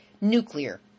Nuclear